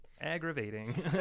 aggravating